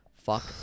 Fuck